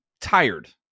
tired